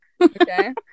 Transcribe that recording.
Okay